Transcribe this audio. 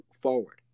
forward